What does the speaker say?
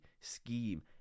scheme